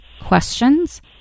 questions